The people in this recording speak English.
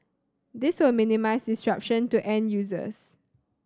this will minimise disruption to end users